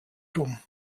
dumm